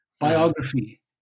biography